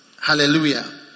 hallelujah